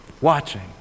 watching